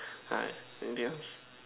uh anything else